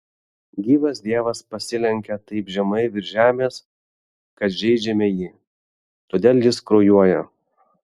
gyvas dievas pasilenkia taip žemai virš žemės kad žeidžiame jį todėl jis kraujuoja